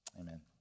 Amen